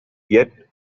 yet